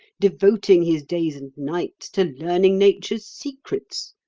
devoting his days and nights to learning nature's secrets,